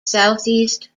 southeast